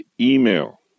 email